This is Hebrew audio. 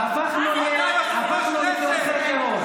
הפכנו לתומכי טרור.